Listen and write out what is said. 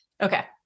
Okay